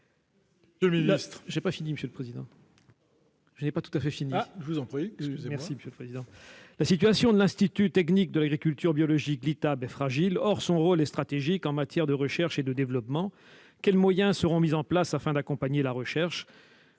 La situation de l'ITAB, l'Institut de l'agriculture et de l'alimentation biologiques, est fragile. Or son rôle est stratégique en matière de recherche et de développement. Quels moyens seront mis en place afin d'accompagner la recherche ?